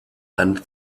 and